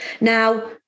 Now